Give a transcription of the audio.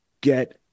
get